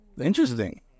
Interesting